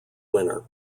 winner